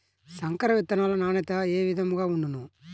సంకర విత్తనాల నాణ్యత ఏ విధముగా ఉండును?